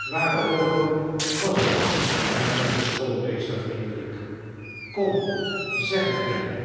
waarover was het hernam de schoolmeester vriendelijk kom zeg het mij